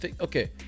okay